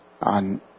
on